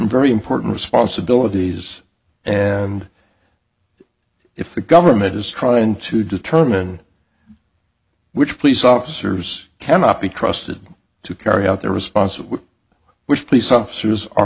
very important responsibilities and if the government is trying to determine which police officers cannot be trusted to carry out their response with which police officers are